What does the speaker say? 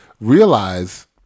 realize